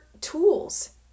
tools